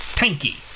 tanky